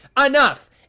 Enough